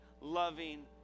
loving